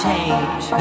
change